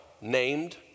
named